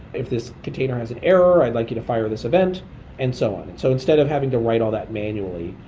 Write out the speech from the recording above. if this container has an error, i'd like you to fire this event and so on. so instead of having to write all that manually,